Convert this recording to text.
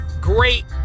great